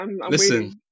Listen